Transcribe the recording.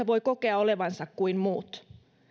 voi kokea olevansa kuin muut